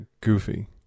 goofy